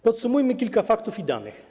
Podsumujmy kilka faktów i danych.